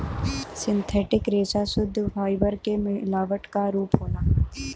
synthetic रेसा सुद्ध fibre के मिलावट क रूप होला